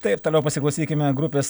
taip toliau pasiklausykime grupės